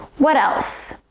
what else?